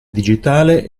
digitale